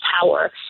power